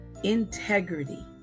integrity